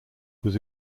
was